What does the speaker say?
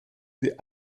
sie